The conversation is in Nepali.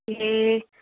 ए